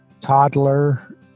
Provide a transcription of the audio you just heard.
toddler